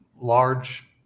large